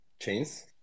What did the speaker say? chains